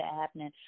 happening